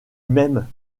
m’aime